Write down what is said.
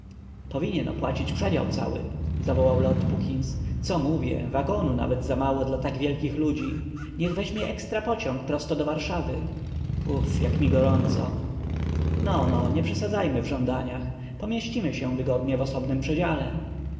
powinien opłacić przedział cały zawołał lord puckins co mówię wagonu nawet zamało dla tak wielkich ludzi niech weźmie ekstrapociąg prosto do warszawy uf jak mi gorąco no no nie przesadzajmy w żądaniach pomieścimy się wygodnie w osobnym przedziale